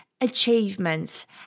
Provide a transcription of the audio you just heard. achievements